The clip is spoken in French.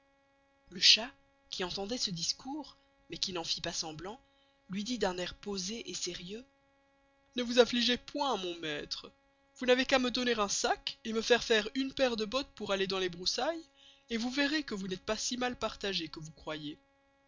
le chat qui entendoit ce discours mais qui n'en fit pas semblant luy dit d'un air posé et serieux ne vous affligés point mon maistre vous n'avez qu'à me donner un sac et me faire faire une paire de bottes pour aller dans les broussailles et vous verez que vous n'êtes pas si mal partagé que vous croyez